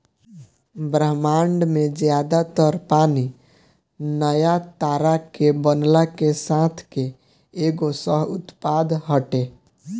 ब्रह्माण्ड में ज्यादा तर पानी नया तारा के बनला के साथ के एगो सह उत्पाद हटे